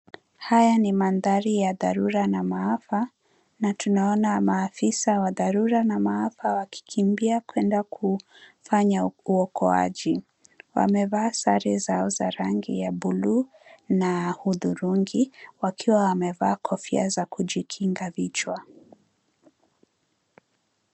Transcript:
Haya ni mandhari ya dharura na maafa na tunaona maafisa wa dharura na maafa wakikimbia kuenda kufanya uokoaji. Wamevaa sare zao za rangi ya buluuna hudhurungi wakiwa wamevaa kofia za kujikinga vichwa.